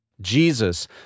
Jesus